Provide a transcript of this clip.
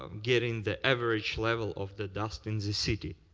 um getting the average level of the dust in the city.